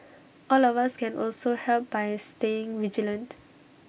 all of us can also help by staying vigilant